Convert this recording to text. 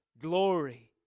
glory